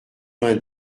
vingt